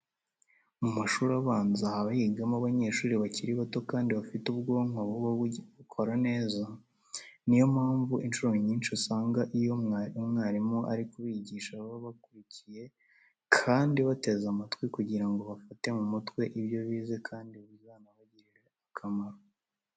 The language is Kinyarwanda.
Mu mashuri abanza haba higa abanyeshuri bakiri bato kandi bafite ubwonko buba bukora neza. Ni yo mpamvu incuro nyinshi usanga iyo umwarimu ari kubigisha baba bakurikiye kandi bateze amatwi kugira ngo bafate mu mutwe ibyo bize kandi bizanabagirire akamaro.